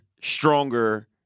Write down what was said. stronger